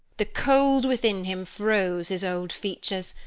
the cold within him froze his old features,